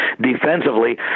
defensively